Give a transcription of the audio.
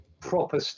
proper